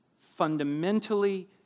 fundamentally